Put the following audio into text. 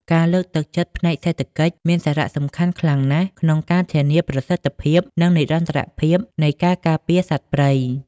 ការលើកទឹកចិត្តផ្នែកសេដ្ឋកិច្ចមានសារៈសំខាន់ខ្លាំងណាស់ក្នុងការធានាប្រសិទ្ធភាព និងនិរន្តរភាពនៃការការពារសត្វព្រៃ។